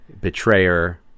betrayer